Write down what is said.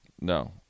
No